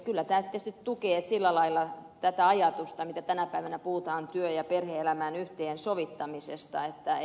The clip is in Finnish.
kyllä tämä tietysti tukee sillä lailla tätä ajatusta mitä tänä päivänä puhutaan työn ja perhe elämän yhteensovittamisesta